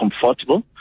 comfortable